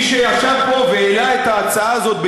מי שישב פה והעלה את ההצעה הזאת,